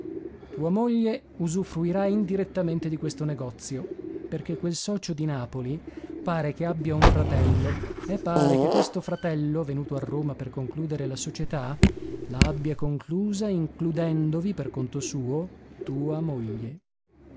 tua moglie usufruirà indirettamente di questo negozio perché quel socio di napoli pare che abbia un fratello e pare che questo fratello venuto a roma per concludere la società la abbia conclusa includendovi per conto suo tua moglie